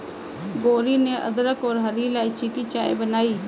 गौरी ने अदरक और हरी इलायची की चाय बनाई